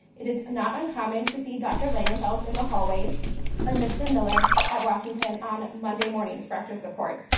it is not uncommon to see dr. langenfeld in the hallways or mr. miller at washington on monday mornings for extra support.